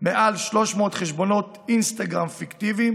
ומעל 300 חשבונות אינסטגרם פיקטיביים